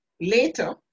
Later